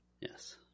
Yes